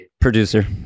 Producer